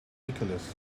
nicholas